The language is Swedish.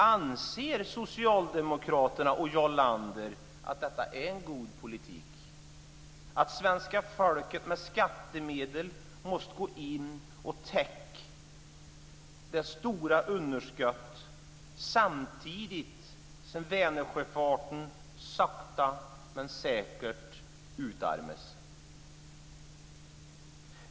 Anser socialdemokraterna och Jarl Lander att det är en god politik att svenska folket med skattemedel måste gå in och täcka detta stora underskott, samtidigt som Vänersjöfarten sakta men säkert utarmas?